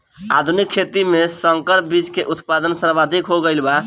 आधुनिक खेती में संकर बीज के उत्पादन सर्वाधिक हो गईल बा